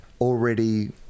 already